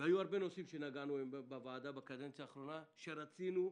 והיו הרבה נושאים שנגענו בהם בוועדה בקדנציה האחרונה שרצינו,